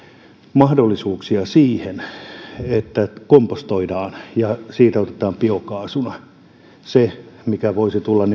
mahdollisuuksia siihen että kompostoidaan ja siitä otetaan biokaasuna se mikä voisi tulla